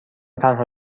تنها